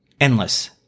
endless